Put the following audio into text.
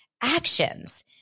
actions